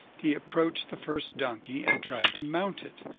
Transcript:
he approached the first donkey and tried to mount it.